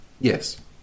Yes